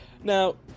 Now